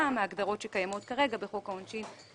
מההגדרות הקיימות כרגע בחוק העונשין.